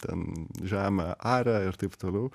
ten žemę aria ir taip toliau